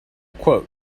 quote